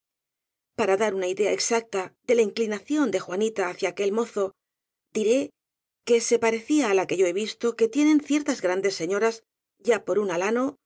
para dar una idea exacta de la inclinación de juanita hacia aquel mozo diré que se parecía á la que yo he visto que tienen ciertas grandes señoras ya por un alano